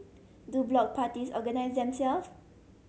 do block parties organise themselves